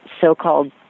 so-called